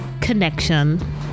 connection